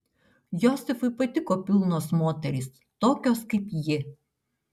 josifui patiko pilnos moterys tokios kaip ji